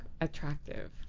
attractive